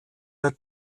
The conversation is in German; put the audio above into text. der